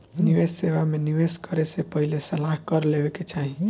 निवेश सेवा में निवेश करे से पहिले सलाह कर लेवे के चाही